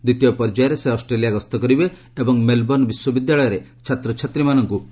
ଦ୍ୱିତୀୟ ପର୍ଯ୍ୟାୟରେ ସେ ଅଷ୍ଟ୍ରେଲିଆ ଗସ୍ତ କରିବେ ଏବଂ ମେଲ୍ବର୍ଷ୍ଣ ବିଶ୍ୱବିଦ୍ୟାଳୟରେ ଛାତ୍ରଛାତ୍ରୀମାନଙ୍କୁ ଉଦ୍ବୋଧନ ଦେବେ